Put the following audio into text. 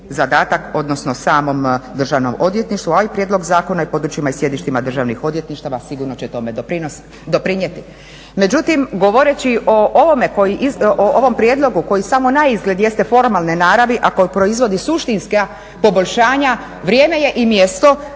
zadatak odnosno samom Državnom odvjetništvu a i prijedlog Zakona o područjima i sjedištima državnih odvjetništava sigurno će tome doprinijeti. Međutim, govoreći o ovom prijedlogu koji samo naizgled jeste formalne naravi a koji proizvodi suštinska poboljšanja vrijeme je i mjesto